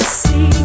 see